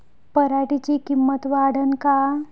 पराटीची किंमत वाढन का?